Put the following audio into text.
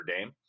Dame